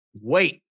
wait